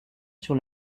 sur